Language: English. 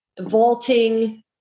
vaulting